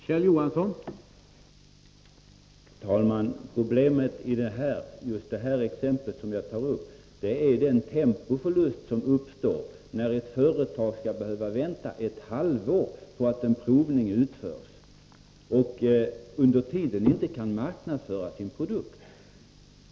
Herr talman! Problemet i just det exempel jag nämnde är den tempoförlust som uppstår när ett företag skall behöva vänta ett halvår på att en provning utförs och under tiden inte kan marknadsföra sin produkt.